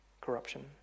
corruption